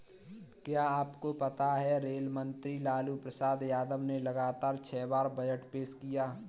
क्या आपको पता है रेल मंत्री लालू प्रसाद यादव ने लगातार छह बार बजट पेश किया?